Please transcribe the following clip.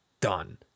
done